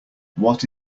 what